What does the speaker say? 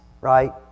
right